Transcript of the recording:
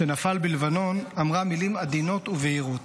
שנפל בלבנון, אמרה מילים עדינות ובהירות: